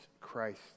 Christ